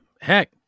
heck